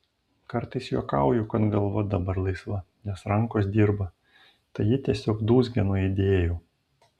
kartais juokauju kad galva dabar laisva nes rankos dirba tai ji tiesiog dūzgia nuo idėjų